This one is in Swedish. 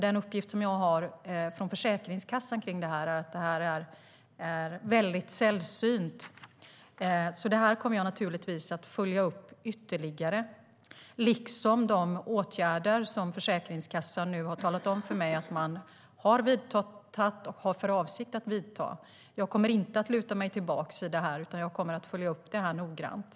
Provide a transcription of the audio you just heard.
Den uppgift som jag fått från Försäkringskassan är att det här är väldigt sällsynt. Jag kommer naturligtvis att följa upp detta ytterligare, liksom de åtgärder som Försäkringskassan sagt att de vidtagit och har för avsikt att vidta. Jag kommer inte att luta mig tillbaka utan följa upp det noggrant.